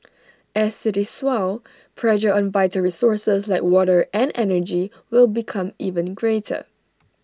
as cities swell pressure on vital resources like water and energy will become even greater